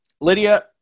Lydia